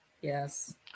Yes